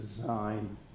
Design